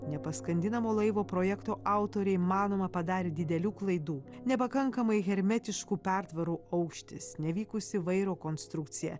nepaskandinamo laivo projekto autoriai manoma padarė didelių klaidų nepakankamai hermetiškų pertvarų aukštis nevykusi vairo konstrukcija